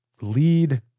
lead